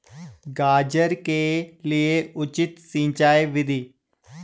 गाजर के लिए उचित सिंचाई विधि?